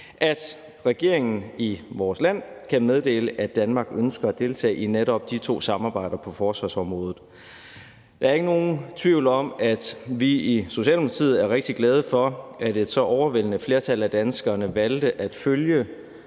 at regeringen i vores land kan meddele, at Danmark ønsker at deltage i netop de to samarbejder på forsvarsområdet. Der er ikke nogen tvivl om, at vi i Socialdemokratiet er rigtig glade for, at et så overvældende flertal af danskerne valgte at følge